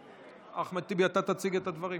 אחמד טיבי, אתה תציג את הדברים.